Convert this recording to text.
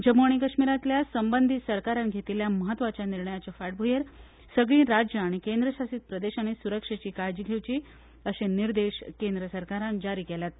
जम्मू आनी कश्मीरा संबंदी सरकारान घेतिल्ल्या म्हत्वाच्या निर्णयाचे फाटभुंयेर सकाळीं राज्य आनी केंद्रशासीत प्रदेशांनी सुरक्षेची काळजी घेवची अशें आदेश केंद्र सरकारान जारी केल्यात